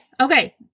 Okay